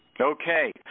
Okay